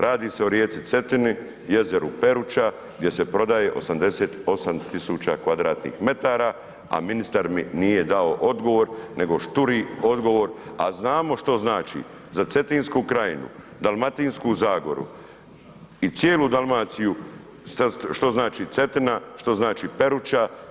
Radi se o rijeci Cetini, jezeru Peruča gdje se prodaje 88 tisuća kvadratnih metara, a ministar mi nije dao odgovor, nego šturi odgovor, a znamo što znači za Cetinsku krajinu, Dalmatinsku zagoru i cijelu Dalmaciju što znači Cetina, što znači Peruča.